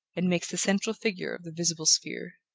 and makes the central figure of the visible sphere.